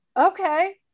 okay